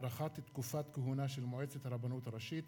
(הארכת תקופת כהונה של מועצת הרבנות הראשית),